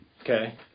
Okay